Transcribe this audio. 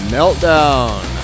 Meltdown